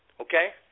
Okay